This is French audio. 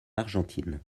argentine